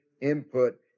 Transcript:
input